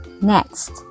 Next